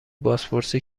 بازپرسی